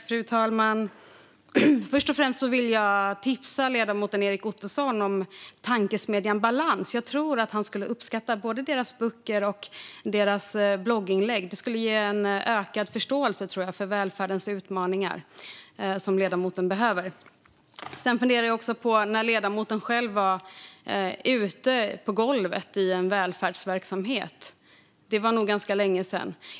Fru talman! Först och främst vill jag tipsa ledamoten Erik Ottoson om Tankesmedjan Balans. Jag tror att han skulle uppskatta både deras böcker och deras blogginlägg. Jag tror att de skulle ge en ökad förståelse för välfärdens utmaningar, som ledamoten behöver. Sedan funderar jag på när ledamoten själv var ute på golvet i en välfärdsverksamhet. Det var nog ganska länge sedan.